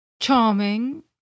charming